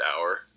hour